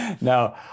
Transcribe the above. No